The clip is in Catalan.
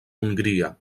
hongria